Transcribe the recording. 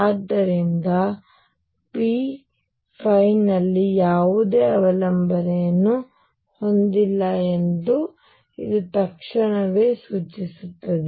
ಆದ್ದರಿಂದ P ನಲ್ಲಿ ಯಾವುದೇ ಅವಲಂಬನೆಯನ್ನು ಹೊಂದಿಲ್ಲ ಎಂದು ಇದು ತಕ್ಷಣವೇ ಸೂಚಿಸುತ್ತದೆ